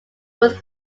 were